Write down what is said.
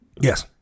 Yes